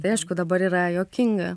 tai aišku dabar yra juokinga